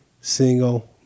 single